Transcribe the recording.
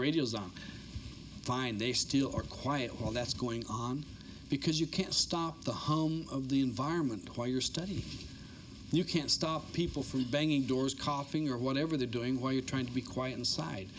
radio zone fine they still are quiet all that's going on because you can't stop the home of the environment choir study you can't stop people from banging doors coughing or whatever they're doing while you're trying to be quiet inside